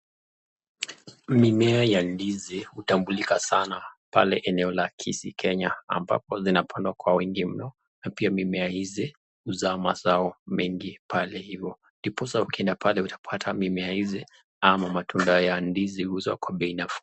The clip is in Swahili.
Mimea ya ndizi hutambulika sana pale eneo la Kisii Kenya. Ambapo zinapandwa kwa wingi mno na pia mimea hizi huzaa mazao mengi pale hivo. Ndiposa ukienda pale utapata mimea hizi ama matunda ya ndizi huuzwa kwa bei nafuu.